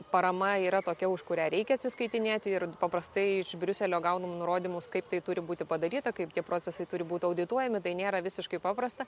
parama yra tokia už kurią reikia atsiskaitinėti ir paprastai iš briuselio gaunam nurodymus kaip tai turi būti padaryta kaip tie procesai turi būt audituojami tai nėra visiškai paprasta